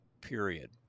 period